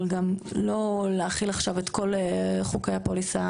אבל גם לא להחיל עכשיו את כל חוקי הפוליסה